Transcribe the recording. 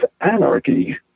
anarchy